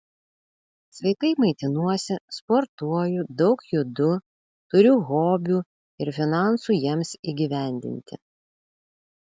sveikai maitinuosi sportuoju daug judu turiu hobių ir finansų jiems įgyvendinti